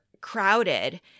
crowded